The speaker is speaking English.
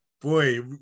boy